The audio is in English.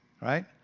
right